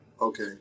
Okay